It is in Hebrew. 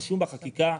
רשום בחקיקה,